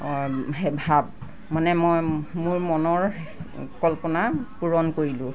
হে ভাব মানে মই মোৰ মনৰ কল্পনা পূৰণ কৰিলোঁ